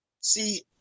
see